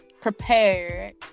prepared